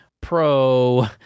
Pro